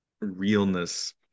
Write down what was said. realness